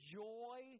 joy